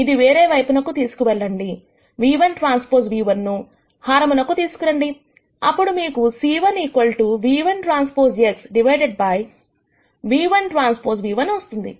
ఇది వేరే వైపుకు తీసుకెళ్లండి ν1Tν1 ను హారం నకు తీసుకురండి అప్పుడు మీకు c1 ν₁TX divided by ν₁Tν₁ వస్తుంది